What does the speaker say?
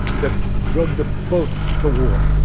that drug them both to war.